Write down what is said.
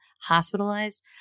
hospitalized